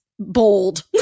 Bold